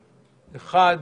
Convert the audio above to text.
אחד.